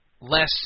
less